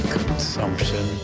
consumption